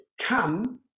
come